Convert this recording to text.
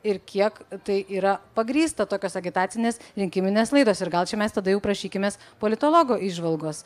ir kiek tai yra pagrįsta tokios agitacinės rinkiminės laidos ir gal čia mes tada jau prašykimės politologo įžvalgos